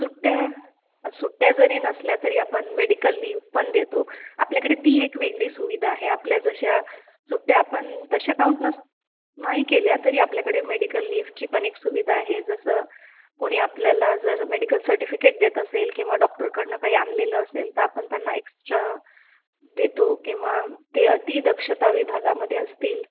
सुट्ट्या सुट्टया जरी नसल्या तरी आपण मेडिकल लिव पण देतो आपल्याकडे ती एक वेगळी सुविधा आहे आपल्या जशा सुट्ट्या आपण तशा काउन्ट नस नाही केल्या तरी आपल्याकडे मेडिकल लिवची पण एक सुविधा आहे जसं कोणी आपल्याला जर मेडिकल सर्टिफिकेट देत असेल किंवा डॉक्टरकडून काही आणलेलं असेल तर आपण त्यांना एक्सट्रा देतो किंवा ते अतिदक्षता विभागामध्ये असतील